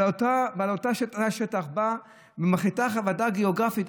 על אותו שטח באה ומחליטה הוועדה הגיאוגרפית.